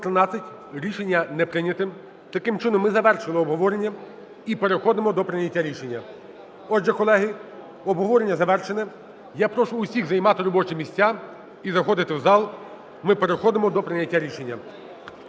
Рішення не прийнято. Таким чином, ми завершили обговорення і переходимо до прийняття рішення. Отже, колеги, обговорення завершене. Я прошу всіх займати робочі місця і заходити в зал, ми переходимо до прийняття рішення.